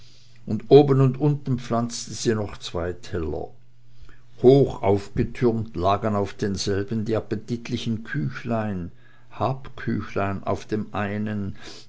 und oben und unten pflanzte sie noch zwei teller hochaufgetürmt lagen auf denselben die appetitlichen küchlein habküchlein auf dem einen